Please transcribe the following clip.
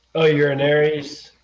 oh urine aries.